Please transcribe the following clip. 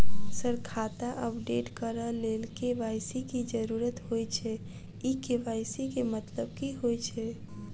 Sir खाता update करऽ लेल के.वाई.सी की जरुरत होइ छैय इ के.वाई.सी केँ मतलब की होइ छैय?